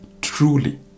truly